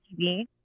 TV –